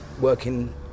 working